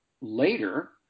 later